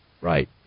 Right